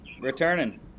returning